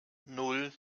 nan